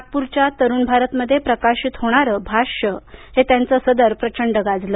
नागपूरच्या तरुण भारतमध्ये प्रकाशित होणारं भाष्य हे त्यांचं सदर प्रचंड गाजलं